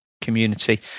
community